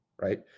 right